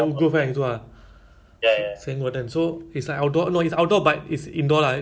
there's a indoor and outdoor then I think that time COVID